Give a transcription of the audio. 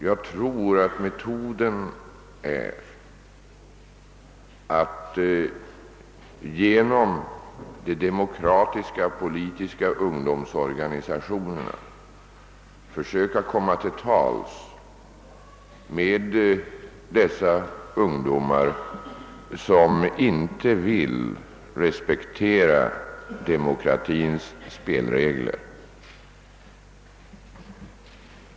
Jag tror att metoden är att genom de demokratiska politiska ungdomsorganisationerna försöka komma till tals med de ung domar som inte vill respektera demokratins spelregler.